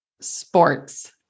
sports